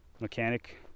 mechanic